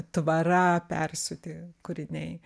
tvara persiūti kūriniai